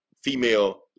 female